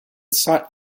sought